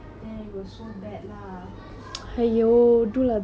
ya that's not the end of the story you know after that